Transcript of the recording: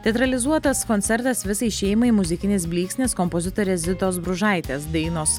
teatralizuotas koncertas visai šeimai muzikinis blyksnis kompozitorės zitos bružaitės dainos